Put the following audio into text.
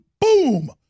boom